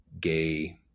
gay